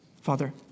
Father